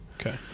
Okay